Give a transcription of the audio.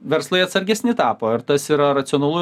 verslai atsargesni tapo ir tas yra racionalu